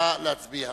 נא להצביע.